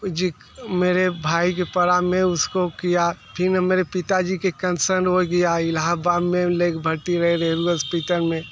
जिक मेरे भाई के पराम में उसको किया फिर मेरे पिता जी के कंसर्न हो गया इलाहाबाद में ले के भर्ती रहे रेलवे हस्पिटल में